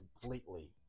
completely